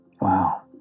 Wow